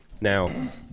Now